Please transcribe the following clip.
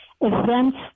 events